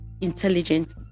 intelligent